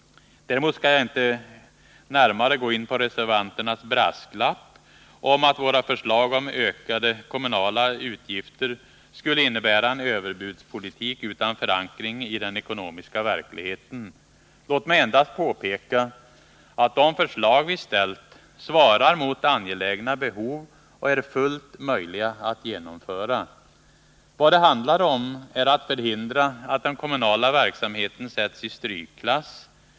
Däremot skall jag inte närmare gå in på reservanternas brasklapp om att våra förslag om ökade kommunala utgifter skulle innebära en överbudspolitik utan förankring iden ekonomiska verkligheten. Låt mig endast påpeka att de förslag vi ställt svarar mot angelägna behov och är fullt möjliga att genomföra. Vad det handlar om är att förhindra att den kommunala verksamheten sätts i strykklass.